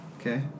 Okay